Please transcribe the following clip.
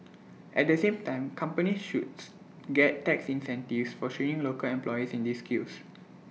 at the same time companies should get tax incentives for training local employees in these skills